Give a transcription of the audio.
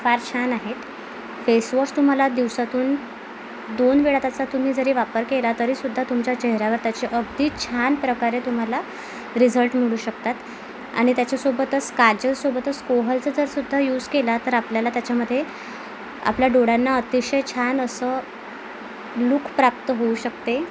फार छान आहेत फेसवॉश तुम्हाला दिवसातून दोन वेळा त्याचा तुम्ही जरी वापर केला तरीसुद्धा तुमच्या चेहऱ्यावर त्याचे अगदी छान प्रकारे तुम्हाला रिझल्ट मिळू शकतात आणि त्याच्यासोबतच काजलसोबतच कोहलचा जरसुद्धा युस केला तर आपल्याला त्याच्यामध्ये आपल्या डोळ्यांना अतिशय छान असं लुक प्राप्त होऊ शकते